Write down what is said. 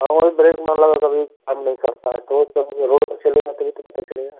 और ब्रेक मान लो अगर कभी काम नहीं कर पाए तो तो वो रोड पर चलेगा तभी तो पता चलेगा